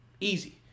easy